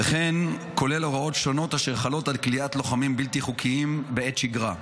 וכן כולל הוראות שונות אשר חלות על כליאת לוחמים בלתי חוקיים בעת שגרה,